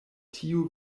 tiu